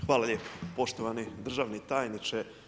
Hvala lijepa poštovani državni tajniče.